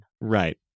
right